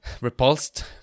repulsed